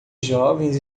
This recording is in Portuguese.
jovens